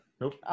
Nope